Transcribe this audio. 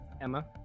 Emma